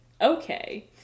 Okay